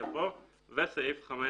יבוא "וסעיף 5